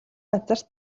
газар